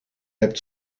hebt